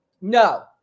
No